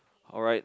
alright